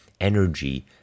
energy